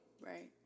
Right